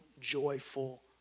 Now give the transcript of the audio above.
Joyful